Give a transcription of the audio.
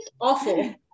awful